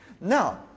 Now